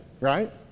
right